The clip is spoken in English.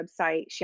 website